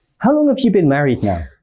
how long have you been married now?